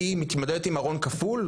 כי היא מתמודדת עם ׳ארון כפול׳.